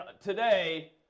today